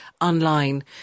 online